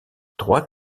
trois